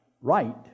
right